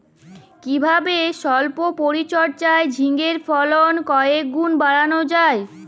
কিভাবে সল্প পরিচর্যায় ঝিঙ্গের ফলন কয়েক গুণ বাড়ানো যায়?